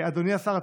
אדוני השר,